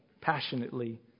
passionately